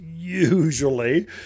Usually